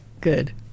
Good